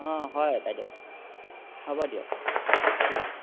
অঁ হয় বাইদেউ হ'ব দিয়ক ঠিক আছে